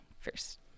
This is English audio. first